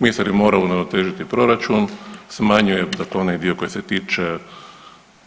Ministri moraju uravnotežiti proračun, smanjuje dakle onaj dio koji se tiče